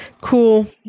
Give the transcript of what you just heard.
cool